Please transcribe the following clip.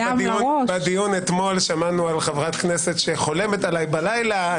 בדיון אתמול שמענו על חברת כנסת שחולמת עליי בלילה.